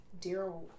Daryl